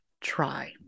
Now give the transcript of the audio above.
try